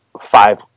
five